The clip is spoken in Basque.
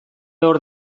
hor